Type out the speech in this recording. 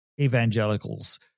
evangelicals